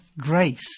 grace